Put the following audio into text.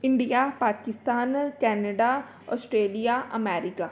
India Pakistan Canada Australia America